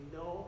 no